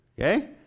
okay